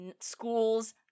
schools